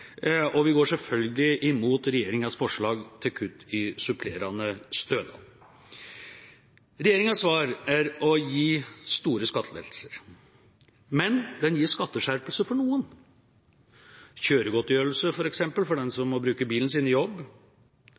og vi går selvfølgelig imot regjeringas forslag til kutt i supplerende stønad. Regjeringas svar er å gi store skattelettelser, men den gir skatteskjerpelse for noen – kjøregodtgjørelse, f.eks., for dem som må bruke bilen sin i jobb,